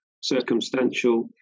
circumstantial